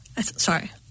sorry